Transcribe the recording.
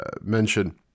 mention